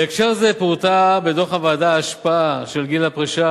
בהקשר זה פורטה בדוח הוועדה ההשפעה של גיל הפרישה